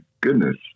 goodness